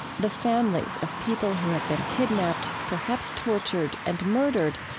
the families of people who have been kidnapped, perhaps tortured, and murdered,